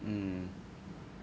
mm